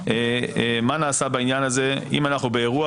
מה נעשה בעניין הזה אם אנחנו באירוע